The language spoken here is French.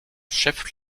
chef